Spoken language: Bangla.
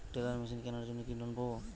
টেলার মেশিন কেনার জন্য কি লোন পাব?